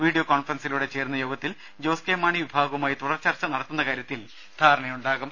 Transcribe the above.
video കോൺഫറൻസിലൂടെ ചേരുന്ന യോഗത്തിൽ ജോസ് കെ മാണി വിഭാഗവുമായി തുടർചർച്ച നടത്തുന്ന കാര്യത്തിൽ ധാരണയുണ്ടാകും